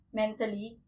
mentally